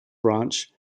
branch